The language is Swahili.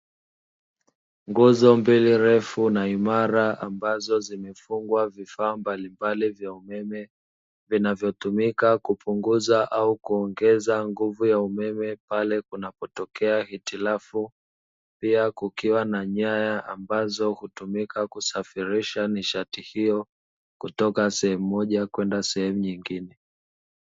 Nguzo mbili ndefu na imara ambazo zimefungwa vifaa mbalimbali vya umeme vinavyotumika kupunguza au kuongeza nguvu ya umeme pale kunapotokea hitilafu, pia kukiwa na nyaya ambazo hutumika kusafirisha nishati hiyo kutoka sehemu moja kwenda sehemu nyingine.